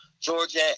Georgia